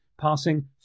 passing